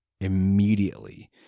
immediately